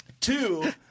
Two